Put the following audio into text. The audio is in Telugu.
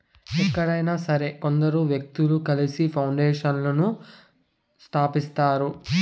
ఎక్కడైనా సరే కొందరు వ్యక్తులు కలిసి పౌండేషన్లను స్థాపిస్తారు